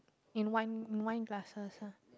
in wine wine glasses ah